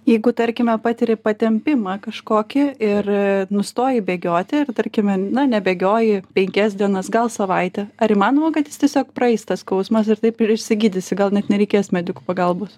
jeigu tarkime patiri patempimą kažkokį ir nustoji bėgioti ir tarkime na nebėgioji penkias dienas gal savaitę ar įmanoma kad jis tiesiog praeis tas skausmas ir taip ir išsigydysi gal net nereikės medikų pagalbos